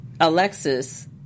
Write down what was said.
alexis